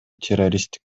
террористтик